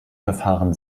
verfahren